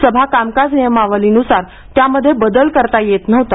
सभा कामकाज नियमावलीनुसार त्यामध्ये बदल करता येत नव्हता